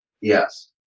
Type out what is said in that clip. Yes